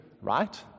right